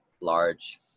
large